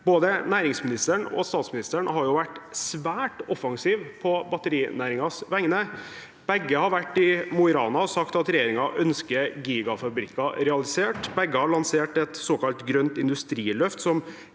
både næringsministeren og statsministeren har vært svært offensive på batterinæringens vegne. Begge har vært i Mo i Rana og sagt at regjeringen ønsker gigafabrikker realisert. Begge har lansert et såkalt grønt industriløft,